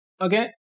okay